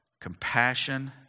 compassion